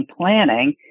planning